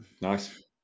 Nice